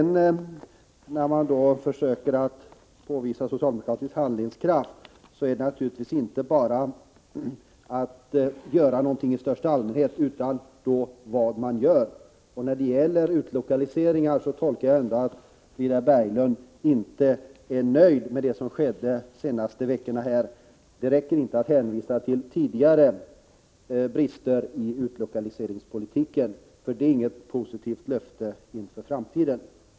När man försöker påvisa socialdemokratisk handlingskraft, vill jag säga att det naturligtvis inte bara gäller att göra någonting i största allmänhet. Det väsentliga är vad man gör. När det gäller utlokalisering tolkar jag Frida Berglunds inlägg så, att hon inte är nöjd med det som skedde under de senaste veckorna. Det räcker inte att hänvisa till tidigare brister i utlokaliseringspolitiken, för det är inget positivt löfte inför framtiden.